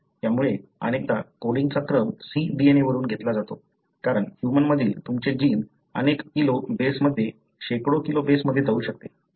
त्यामुळे अनेकदा कोडींगचा क्रम cDNA वरून घेतला जातो कारण ह्यूमन मधील तुमचे जीन अनेक किलो बेसमध्ये शेकडो किलो बेसमध्ये जाऊ शकते